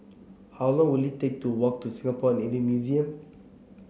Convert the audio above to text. how long will it take to walk to Singapore Navy Museum